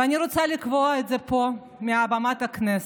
ואני רוצה לקבוע את זה פה, מבימת הכנסת: